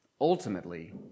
ultimately